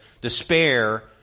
despair